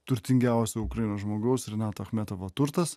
turtingiausio ukrainos žmogaus renato achmetovo turtas